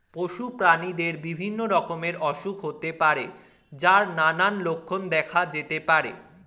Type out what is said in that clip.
পশু প্রাণীদের বিভিন্ন রকমের অসুখ হতে পারে যার নানান লক্ষণ দেখা যেতে পারে